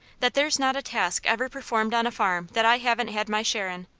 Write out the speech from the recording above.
that there's not a task ever performed on a farm that i haven't had my share in.